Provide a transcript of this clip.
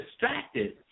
distracted